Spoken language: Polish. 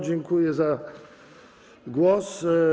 Dziękuję za głos.